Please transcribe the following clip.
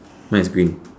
mine is green